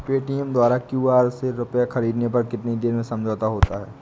Paytm द्वारा QR से रूपए ख़रीदने पर कितनी देर में समझौता होता है?